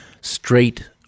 Straight